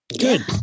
Good